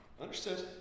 Understood